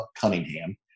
Cunningham